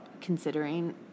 considering